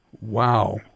Wow